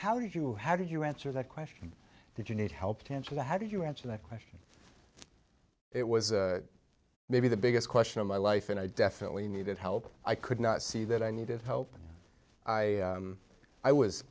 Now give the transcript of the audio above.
how did you how did you answer that question did you need help to answer the how do you answer that question it was maybe the biggest question of my life and i definitely needed help i could not see that i needed help and i i was